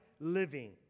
living